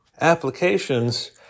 applications